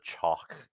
chalk